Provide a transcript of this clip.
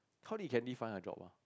how did Candy find her job ah